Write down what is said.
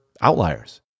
outliers